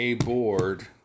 aboard